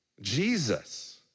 Jesus